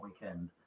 weekend